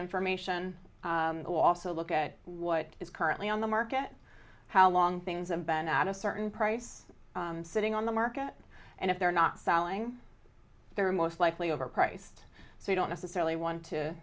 information will also look at what is currently on the market how long things have been at a certain price sitting on the market and if they're not selling they're most likely overpriced so you don't necessarily want to